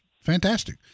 fantastic